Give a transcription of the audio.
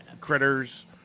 critters